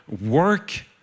work